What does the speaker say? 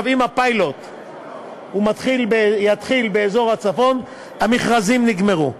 אם הפיילוט יתחיל באזור הצפון, המכרזים נגמרו.